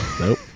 Nope